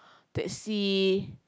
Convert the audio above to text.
taxi